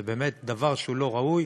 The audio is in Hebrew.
זה באמת דבר שהוא לא ראוי